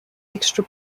extra